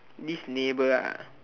this neighbour ah